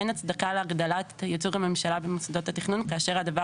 אין הצדקה להגדיל ייצוג המשלה במוסדות התכנון כאשר הדבר